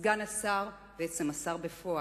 סגן השר, בעצם השר בפועל,